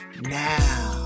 now